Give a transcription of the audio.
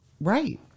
Right